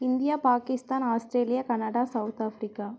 India Pakistan Australia Canada South Africa